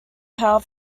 power